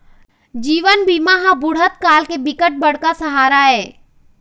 जीवन बीमा ह बुढ़त काल के बिकट बड़का सहारा आय